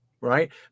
Right